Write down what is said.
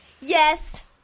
Yes